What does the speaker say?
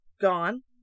gone